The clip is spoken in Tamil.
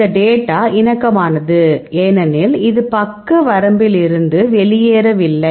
இந்த டேட்டா இணக்கமானது ஏனெனில் இது பக்க வரம்பில் இருந்து வெளியேறவில்லை